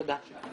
תודה.